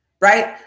right